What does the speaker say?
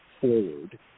forward